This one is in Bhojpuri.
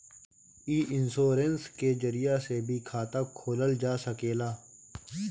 इ इन्शोरेंश के जरिया से भी खाता खोलल जा सकेला